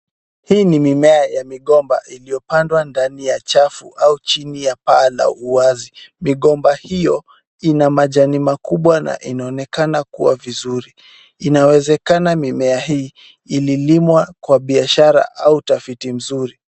Hii ni mimea ya migomba iliyopandwa ndani ya chafu au chini ya paa la uwazi. Migomba hiyo ina majani makubwa na inaonekana kuwa vizuri. Inawezekana mimea hii ililimwa kwa biashara au utafiti mzuri.